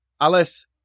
Alice